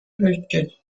richards